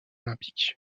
olympique